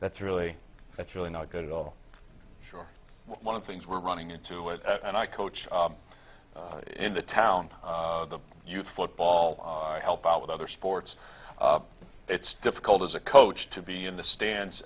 that's really that's really not good at all sure one of the things we're running into and i coach in the town the youth football i help out with other sports it's difficult as a coach to be in the stands